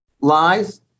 lies